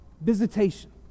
visitation